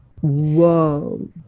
whoa